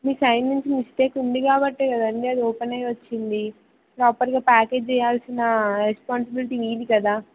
మీ side నుంచి mistake ఉంది కాబట్టి కదండీ అది ఓపెన్ అయ్య వచ్చింది ప్రాపర్గా ప్యాకేజ్ చేయాల్సిన రెస్పాన్సిబిలిటీ మీది కదా